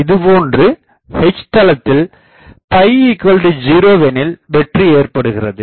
இதேபோன்று H தளத்தில் 0 எனில் வெற்று ஏற்படுகிறது